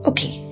Okay